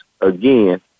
again